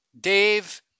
Dave